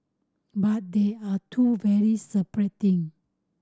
but they are two very separate thing